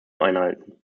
einhalten